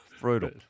Brutal